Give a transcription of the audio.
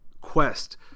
quest